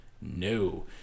No